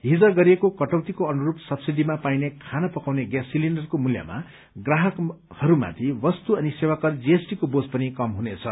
हिज गरिएको कटौतीको अनुरूप सब्सिडीमा पाइने घरेलू ग्यास सिलिण्डरको मूल्यमा ग्राहकहरूमाथि वस्तु अनि सेवाकर जीएसटीको बोझ पनि कम हुनेछ